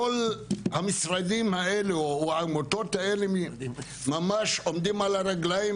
כל העמותות האלו ממש עומדות על הרגליים